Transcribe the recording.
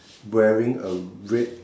wearing a red